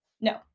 No